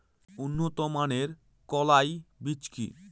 উন্নত মানের কলাই বীজ কি?